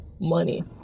money